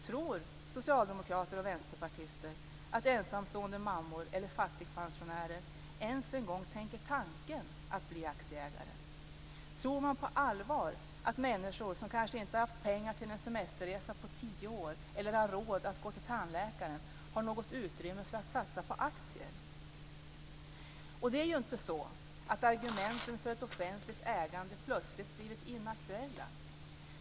Tror socialdemokrater och vänsterpartister att ensamstående mammor eller fattigpensionärer ens en gång tänker tanken att de ska bli aktieägare? Tror man på allvar att människor som kanske inte har haft pengar till en semesterresa på tio år eller råd att gå till tandläkaren har något utrymme för att satsa på aktier? Det är inte så att argumenten för ett offentligt ägande plötsligt blivit inaktuella.